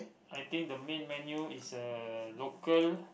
I think the main menu is uh local